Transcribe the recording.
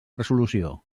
resolució